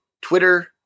Twitter